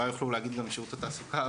אולי יוכלו להגיד לנו משירות התעסוקה,